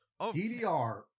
DDR